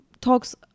talks